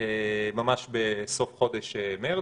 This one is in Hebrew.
ממש בסוף חודש מרץ,